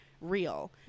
real